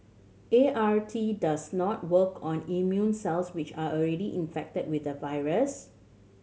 A R T does not work on immune cells which are already infected with the virus